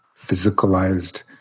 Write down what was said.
physicalized